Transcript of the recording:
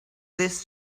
this